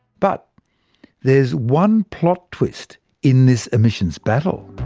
but there's one plot twist in this emissions battle.